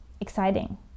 exciting